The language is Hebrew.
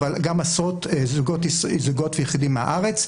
אבל גם עשרות זוגות ויחידים מהארץ.